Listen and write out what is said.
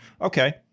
Okay